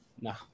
No